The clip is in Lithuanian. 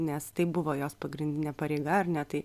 nes tai buvo jos pagrindinė pareiga ar ne tai